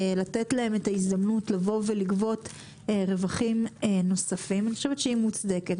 לתת להם את ההזדמנות לבוא ולגבות רווחים נוספים היא מוצדקת,